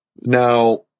Now